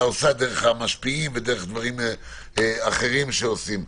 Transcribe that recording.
דרך המשפיעים ודרך דברים אחרים שעושים.